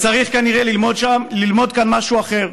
צריך כנראה ללמוד כאן משהו אחר,